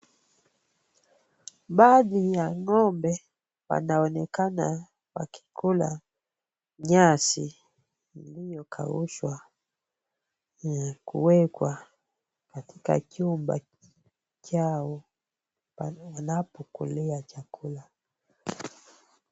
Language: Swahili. Baadhi ya ng'ombe wanaonekana wakikula nyasi iliyokaushwa na kuwekwa katika chumba chao wanapokulia chakula.